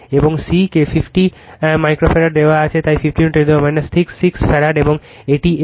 এবং C কে 50 microfarad দেওয়া হয়েছে তাই 50 10 6 ফ্যারাড এবং এটি L